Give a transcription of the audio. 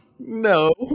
no